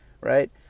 Right